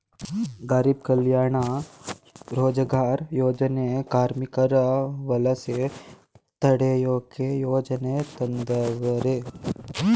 ಗಾರೀಬ್ ಕಲ್ಯಾಣ ರೋಜಗಾರ್ ಯೋಜನೆ ಕಾರ್ಮಿಕರ ವಲಸೆ ತಡಿಯೋಕೆ ಯೋಜನೆ ತಂದವರೆ